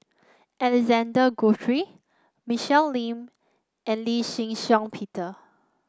Alexander Guthrie Michelle Lim and Lee Shih Shiong Peter